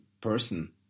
person